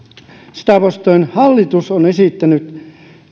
sitä vastoin hallitus on esittänyt